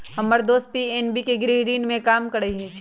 हम्मर दोस पी.एन.बी के गृह ऋण में काम करइ छई